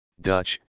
Dutch